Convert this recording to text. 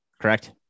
correct